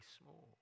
small